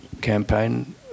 campaign